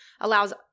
allows